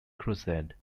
crusade